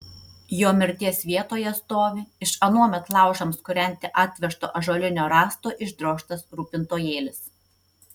jo mirties vietoje stovi iš anuomet laužams kūrenti atvežto ąžuolinio rąsto išdrožtas rūpintojėlis